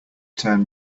turn